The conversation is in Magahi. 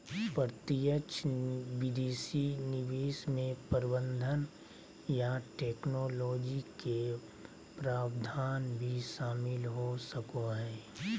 प्रत्यक्ष विदेशी निवेश मे प्रबंधन या टैक्नोलॉजी के प्रावधान भी शामिल हो सको हय